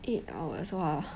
eight hours !wah!